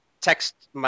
text